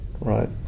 right